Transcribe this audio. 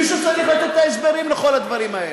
מישהו צריך לתת את ההסברים לכל הדברים האלה.